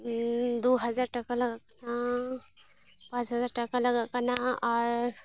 ᱫᱩ ᱦᱟᱡᱟᱨ ᱴᱟᱠᱟ ᱞᱟᱜᱟᱜ ᱠᱟᱱᱟ ᱯᱟᱪ ᱡᱟᱦᱟᱨ ᱴᱟᱠᱟ ᱞᱟᱜᱟᱜ ᱠᱟᱱᱟ ᱟᱨ